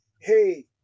hey